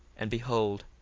and, behold,